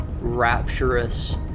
rapturous